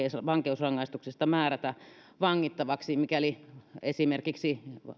vankeusrangaistuksesta määrätä vangittavaksi mikäli esimerkiksi